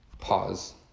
Pause